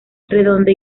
redonda